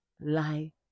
lie